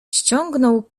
ściągnął